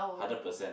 hundred percent